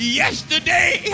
yesterday